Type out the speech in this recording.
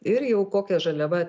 ir jau kokia žaliava